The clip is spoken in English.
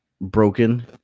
broken